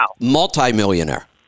multi-millionaire